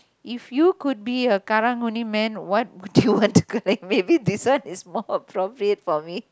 if you could be a Karang-Guni man what would you want to collect maybe this is one more appropriate for me